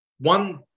One